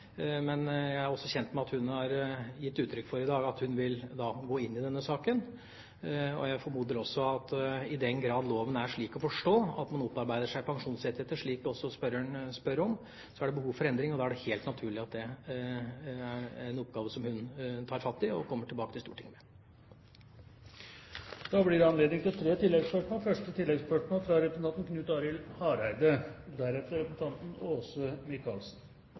har gitt uttrykk for at hun vil gå inn i denne saken. Jeg formoder også at i den grad loven er slik å forstå at en opparbeider seg pensjonsrettigheter, noe også spørreren spør om, er det behov for endring. Da er det helt naturlig at det er en oppgave som hun tar fatt i, og kommer tilbake til Stortinget. Det blir anledning til tre oppfølgingsspørsmål – først Knut Arild Hareide.